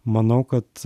manau kad